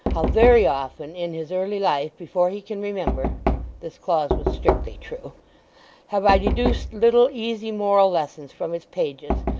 how very often in his early life before he can remember' this clause was strictly true have i deduced little easy moral lessons from its pages,